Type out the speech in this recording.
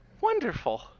Wonderful